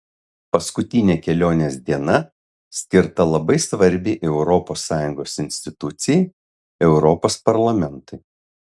paskutinė kelionės diena skirta labai svarbiai europos sąjungos institucijai europos parlamentui